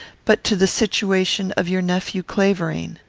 but to the situation of your nephew clavering.